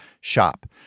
shop